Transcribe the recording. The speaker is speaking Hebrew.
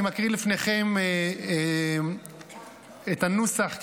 אני מקריא לפניכם את הנוסח,